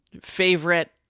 favorite